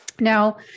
Now